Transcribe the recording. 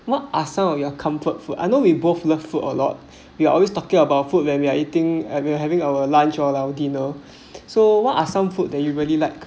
what are some of your comfort food I know we both love food a lot we are always talking about food when we are eating we are having our lunch all our dinner so what are some food that you really like